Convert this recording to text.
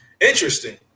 Interesting